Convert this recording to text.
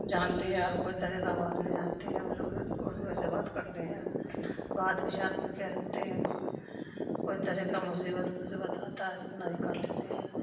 جانتے ہیں اور کوئی طرح کا بات نہیں جانتے ہیں ہم لوگ اردوے سے بات کرتے ہیں بات وچار کر کے رکھتے ہیں کوئی طرح کا مصیبت وصیبت آتا ہے اتنا ہی کر لیتے ہیں